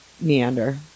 meander